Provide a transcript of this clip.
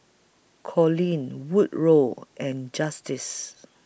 Coleen Woodrow and Justice